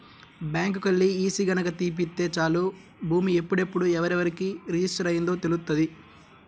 బ్యాంకుకెల్లి ఈసీ గనక తీపిత్తే చాలు భూమి ఎప్పుడెప్పుడు ఎవరెవరికి రిజిస్టర్ అయ్యిందో తెలుత్తది